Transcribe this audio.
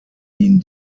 ihn